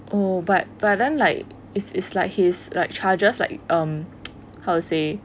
oh but but then like is is like his charges like um how to say